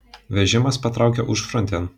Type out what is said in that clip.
vežimas patraukė užfrontėn